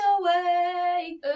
away